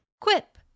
Quip